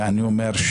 ואני אומר,